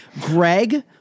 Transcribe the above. Greg